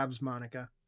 Monica